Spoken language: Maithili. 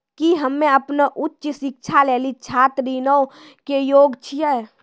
कि हम्मे अपनो उच्च शिक्षा लेली छात्र ऋणो के योग्य छियै?